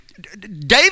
David